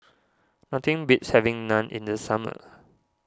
nothing beats having Naan in the summer